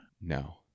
No